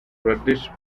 reddish